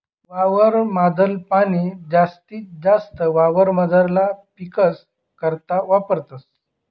वावर माधल पाणी जास्तीत जास्त वावरमझारला पीकस करता वापरतस